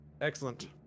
excellent